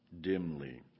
dimly